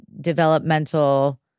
developmental